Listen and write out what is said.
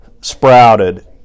sprouted